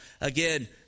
again